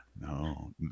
no